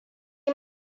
yi